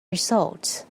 results